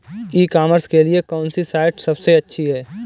ई commerce के लिए कौनसी साइट सबसे अच्छी है?